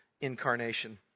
incarnation